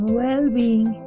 well-being